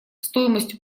стоимость